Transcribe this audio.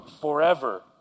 forever